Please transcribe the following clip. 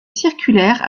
circulaire